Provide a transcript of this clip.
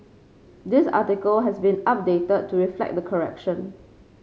this article has been updated to reflect the correction